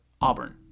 Auburn